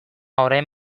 orain